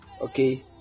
okay